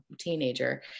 teenager